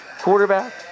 quarterback